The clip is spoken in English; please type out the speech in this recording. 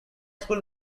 school